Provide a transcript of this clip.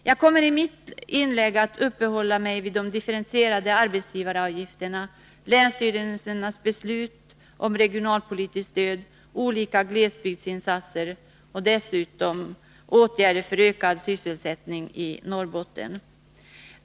Jag kommer i mitt inlägg att uppehålla mig vid de differentierade arbetsgivaravgifterna, länsstyrelsernas beslut om regionalpolitiskt stöd, olika glesbygdsinsatser och dessutom vid åtgärderna för ökad sysselsättning i Norrbotten.